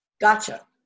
Gotcha